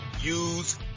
use